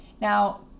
Now